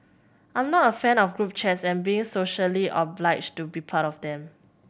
I'm not a fan of group chats and being socially obliged to be part of them